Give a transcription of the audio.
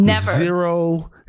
zero